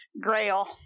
grail